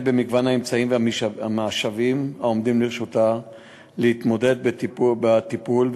במגוון האמצעים והמשאבים העומדים לרשותה להתמודדות וטיפול,